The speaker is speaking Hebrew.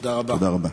תודה רבה.